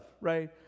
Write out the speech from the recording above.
right